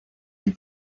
die